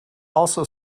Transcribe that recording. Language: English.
also